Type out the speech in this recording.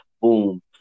boom